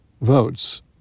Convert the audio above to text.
votes